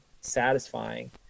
satisfying